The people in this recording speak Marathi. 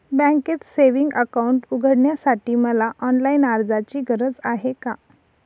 बँकेत सेविंग्स अकाउंट उघडण्यासाठी मला ऑनलाईन अर्जाची गरज आहे का?